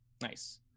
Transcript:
Nice